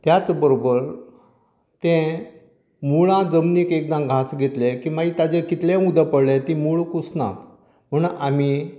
त्याच बरोबर तें मुळां जमनीक एकदां घास घेतले की मागीर ताचेर कितलें उदक पडलें तीं मुळां कुसनात म्हण आमी